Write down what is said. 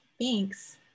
thanks